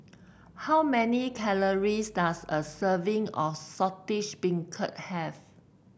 how many calories does a serving of Saltish Beancurd have